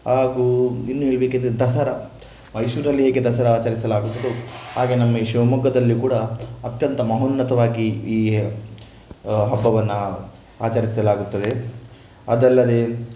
ಹಾಗೂ ಇನ್ನೂ ಹೇಳಬೇಕಿದ್ರೆ ದಸರಾ ಮೈಸೂರಲ್ಲಿ ಹೇಗೆ ದಸರಾ ಆಚರಿಸಲಾಗುತ್ತದೋ ಹಾಗೆ ನಮ್ಮ ಈ ಶಿವಮೊಗ್ಗದಲ್ಲಿ ಕೂಡ ಅತ್ಯಂತ ಮಹೋನ್ನತವಾಗಿ ಈ ಹಬ್ಬವನ್ನು ಆಚರಿಸಲಾಗುತ್ತದೆ ಅದಲ್ಲದೆ